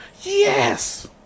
Yes